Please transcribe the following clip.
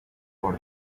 for